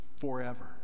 forever